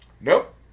nope